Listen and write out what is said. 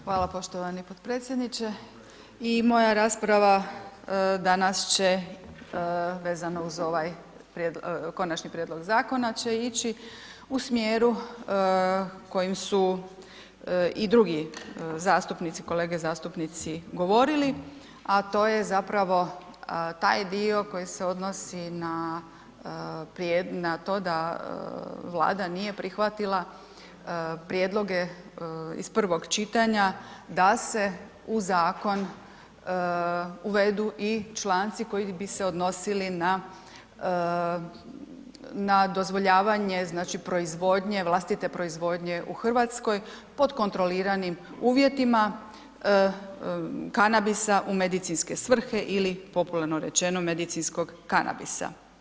Hvala poštovani podpredsjedniče i moja rasprava danas će vezano uz ovaj konačni prijedlog zakona će ići u smjeru kojim su i drugi zastupnici, kolege zastupnici govorili, a to je zapravo taj dio koji se odnosi na to da Vlada nije prihvatila prijedloge iz prvog čitanja, da se u zakon uvedu i članci koji bi se odnosili na, na dozvoljavanje znači proizvodnje, vlastite proizvodnje u Hrvatskoj pod kontroliranim uvjetima kanabisa u medicinske svrhe ili popularno rečeno medicinskog kanabisa.